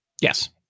Yes